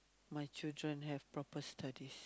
my children have proper studies